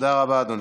תודה רבה, אדוני.